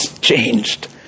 changed